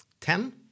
Ten